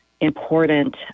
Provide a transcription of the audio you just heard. important